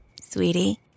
Sweetie